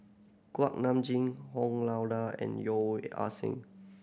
Kuak Nam Jin Lao Da and Yeo Ah Seng